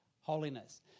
holiness